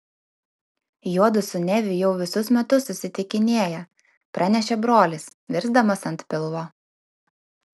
juodu su neviu jau visus metus susitikinėja pranešė brolis virsdamas ant pilvo